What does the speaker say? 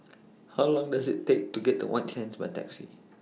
How Long Does IT Take to get to White Sands By Taxi